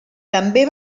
també